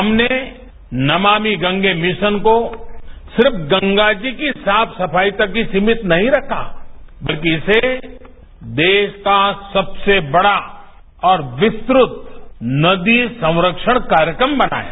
हमने नमामि गंगे मिशन को सिर्फ गंगा जी की साफ सफाई तक ही सीमित नहीं रखा बल्कि इसे देश का सबसे बड़ा और विस्तृत नदी संरक्षण कार्यक्रम बनाया